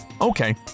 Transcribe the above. Okay